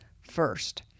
first